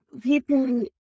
people